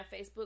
Facebook